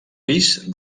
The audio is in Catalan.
pis